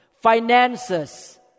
finances